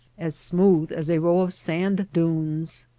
as smooth as a row of sand-dunes.